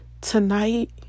tonight